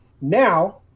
Now